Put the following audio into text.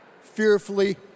fearfully